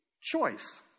choice